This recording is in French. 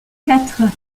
quatre